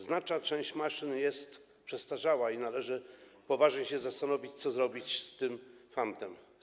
Znaczna część maszyn jest przestarzała i należy poważnie się zastanowić, co zrobić z tym fantem.